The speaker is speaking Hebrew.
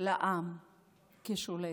לעם כשולט.